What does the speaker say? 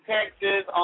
Texas